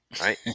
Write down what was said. right